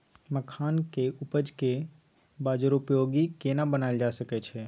मखान के उपज के बाजारोपयोगी केना बनायल जा सकै छै?